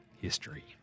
history